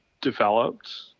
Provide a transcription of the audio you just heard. developed